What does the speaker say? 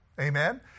Amen